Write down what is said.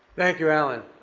thank you, alan.